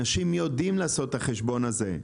אנשים יודעים לעשות את החשבון הזה.